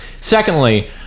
Secondly